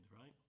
right